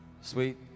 Sweet